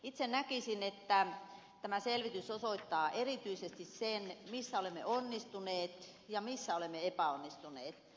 itse näkisin että tämä selvitys osoittaa erityisesti sen missä olemme onnistuneet ja missä olemme epäonnistuneet